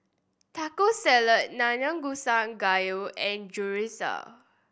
Taco Salad Nanakusa Gayu and Chorizo